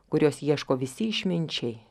kurios ieško visi išminčiai